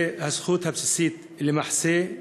אלה הן הזכויות הבסיסית למחסה,